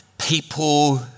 People